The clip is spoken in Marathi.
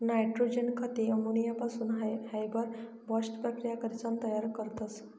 नायट्रोजन खते अमोनियापासून हॅबर बाॅश प्रकिया करीसन तयार करतस